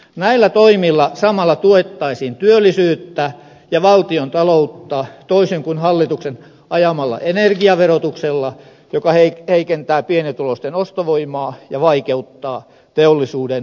näillä toimilla samalla tuettaisiin työllisyyttä ja valtion taloutta toisin kuin hallituksen ajamalla energiaverotuksella joka heikentää pienituloisten ostovoimaa ja vaikeuttaa teollisuuden toimintaedellytyksiä